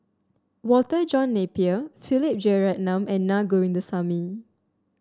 Walter John Napier Philip Jeyaretnam and Naa Govindasamy